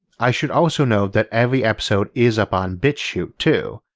i should also note that every episode is up on bitchute too,